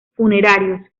funerarios